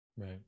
Right